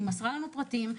היא מסרה לנו פרטים,